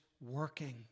working